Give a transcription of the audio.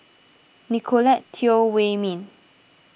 Nicolette Teo Wei Min